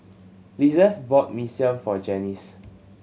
Lizeth bought Mee Siam for Janis